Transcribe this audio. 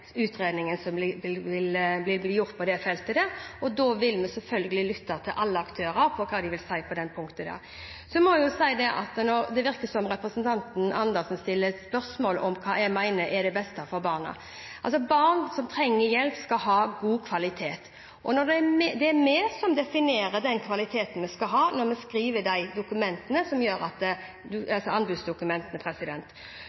utredningen som vil bli gjort på det feltet, og da vil vi selvfølgelig lytte til alle aktører og hva de sier om det. Jeg må si at det virker som representanten Andersen stiller spørsmål om hva jeg mener er det beste for barna. Barn som trenger hjelp, skal ha god kvalitet. Det er vi som definerer den kvaliteten vi skal ha når vi skriver anbudsdokumentene. Det er mitt anliggende – og det har Stortinget òg sagt – at